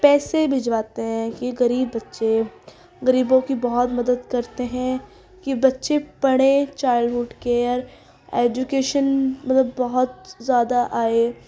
پیسے بھجواتے ہیں کہ غریب بچے غریبوں کی بہت مدد کرتے ہیں کہ بچے پڑھیں چائلڈ ہوڈ کیئر ایجوکیشن مطلب بہت زیادہ آئے